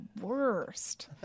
worst